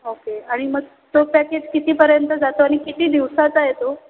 okay आणि मग तो पॅकेज कितीपर्यंत जातो आणि किती दिवसाचा येतो